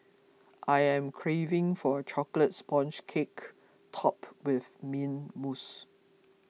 I am craving for a Chocolate Sponge Cake Topped with Mint Mousse